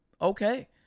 Okay